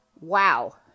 wow